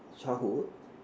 childhood